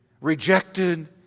rejected